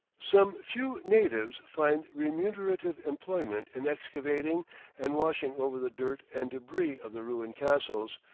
some few natives find remunerative employment in excavating and washing over the dirt and debris of the ruined castles,